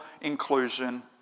inclusion